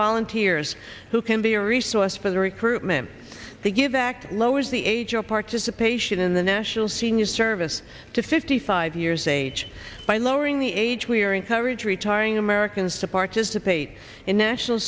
volunteers who can be a resource for the recruitment to give back lowers the age of participation in the national senior service to fifty five years age by lowering the age we are in coverage retiring americans to participate in national